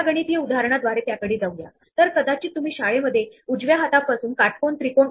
म्हणून आपण उजव्या बाजूला पुश करणार आहोत आणि उजव्या बाजूनेच पॉप करत आहोत